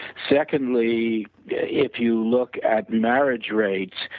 secondly, if you look at marriage rates,